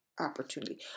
opportunity